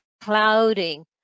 clouding